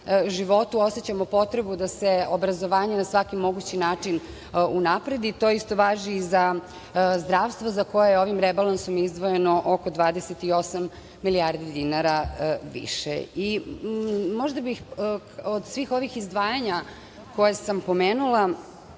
životu. Osećamo potrebu da se obrazovanje na svaki mogući način unapredi. To isto važi i za zdravstvo za koje ovim je rebalansom izdvojeno oko 28 milijardi dinara više. Možda bih od svih ovih izdvajanja koja sam pomenula